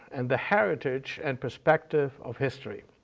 and the heritage and perspective of history,